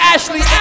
Ashley